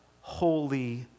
holy